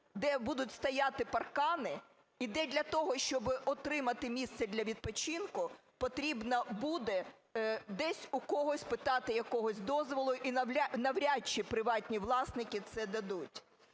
де будуть стояти паркани і де для того, щоб отримати місце для відпочинку, потрібно буде десь у когось питати якогось дозволу, і навряд чи приватні власники це дадуть.